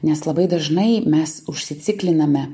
nes labai dažnai mes užsicikliname